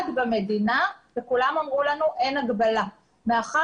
מפעל מיחזור אחד במדינה וכולם אמרו לנו שאין הגבלה מאחר